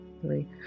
Three